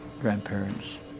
grandparents